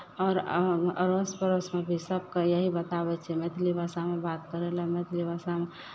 आओर अड़ अड़ोस पड़ोसमे भी सभके यही बताबै छियै मैथिली भाषामे बात करय लेल मैथिली भाषामे